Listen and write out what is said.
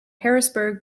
harrisburg